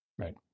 right